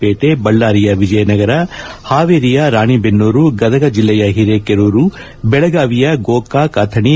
ಪೇಟೆ ಬಳ್ಳಾರಿಯ ವಿಜಯನಗರ ಹಾವೇರಿಯ ರಾಣೆಬೆನ್ನೂರು ಗದಗ ಜಿಲ್ಲೆಯ ಹಿರೇಕೆರೂರು ಬೆಳಗಾವಿಯ ಗೋಕಾಕ್ ಅಥಣಿ